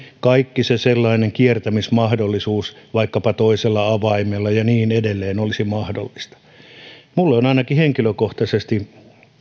kaikki se sellainen kiertämismahdollisuus vaikkapa toisella avaimella ja niin edelleen olisi mahdollista minulle on ainakin henkilökohtaisesti